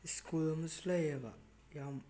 school ꯑꯃꯁꯨ ꯂꯩꯌꯦꯕ ꯌꯥꯝ